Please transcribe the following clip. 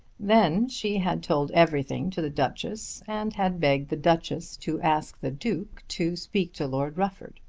then she had told everything to the duchess and had begged the duchess to ask the duke to speak to lord rufford.